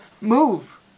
move